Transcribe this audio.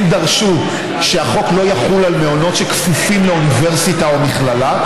הם דרשו שהחוק לא יחול על מעונות שכפופים לאוניברסיטה או מכללה,